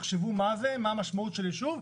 תחשבו מה זה, מה המשמעות של זה ליישוב.